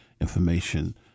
information